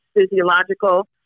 physiological